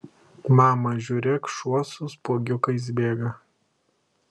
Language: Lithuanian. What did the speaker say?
mama žiūrėk šuo su spuogiukais bėga